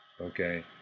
Okay